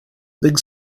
big